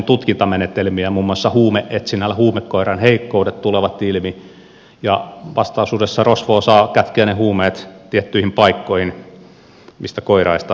muun muassa huume etsinnällä huumekoiran heikkoudet tulevat ilmi ja vastaisuudessa rosvo osaa kätkeä ne huumeet tiettyihin paikkoihin mistä koira ei niitä osaa etsiä